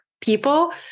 People